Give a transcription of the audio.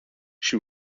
she